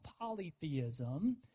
polytheism